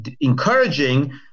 encouraging